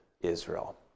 Israel